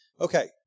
Okay